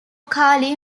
cali